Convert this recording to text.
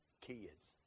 Kids